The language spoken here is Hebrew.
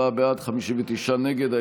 54 בעד, 59 נגד.